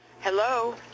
Hello